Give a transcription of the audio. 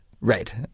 right